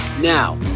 Now